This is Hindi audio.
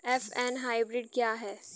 एफ वन हाइब्रिड क्या है?